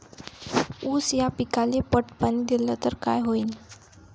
ऊस या पिकाले पट पाणी देल्ल तर काय होईन?